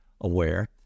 aware